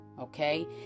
Okay